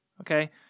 okay